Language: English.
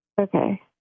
Okay